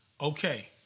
Okay